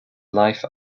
life